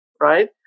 right